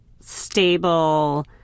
stable